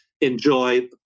enjoy